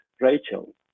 Rachel